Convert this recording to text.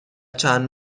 چند